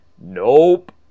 nope